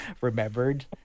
remembered